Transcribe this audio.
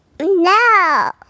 No